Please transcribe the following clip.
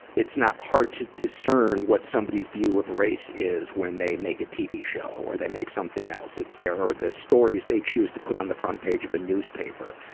it's not hard to discern what somebody's view of race is when they make a tv show or they make something else, it's there. or the stories they choose to put on the front page of a newspaper.